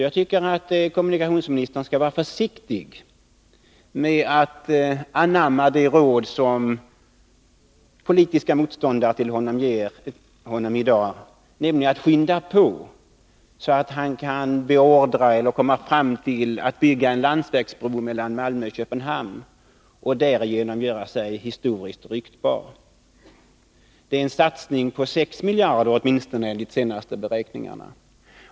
Därför tycker jag att kommunikationsministern skall vara försiktig med att anamma de råd som han i dag får av politiska motståndare till honom, nämligen att skynda på så att han kan komma fram till ett beslut om att bygga en landsvägsbro mellan Malmö och Köpenhamn och därigenom göra sig historiskt ryktbar. Det är en satsning på åtminstone 6 miljarder enligt de senaste beräkningarna.